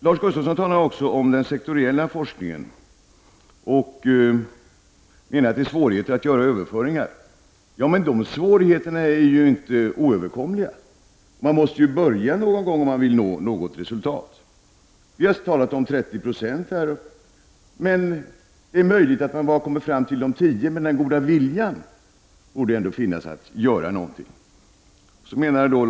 Lars Gustafsson talade också om den sektoriella forskningen och menade att det är svårigheter att göra överföringar. Ja, men de svårigheterna är inte oöverkomliga. Man måste börja någon gång om man vill nå resultat. Vi har talat om 30 26, men det är möjligt att det bara blir 10 26. Den goda viljan att göra någonting borde ändå finnas.